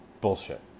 Bullshit